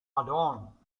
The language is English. adorn